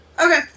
okay